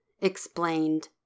explained